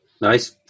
Nice